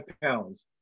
pounds